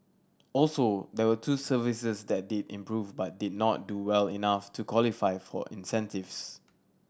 also there were two services that did improve but did not do well enough to qualify for incentives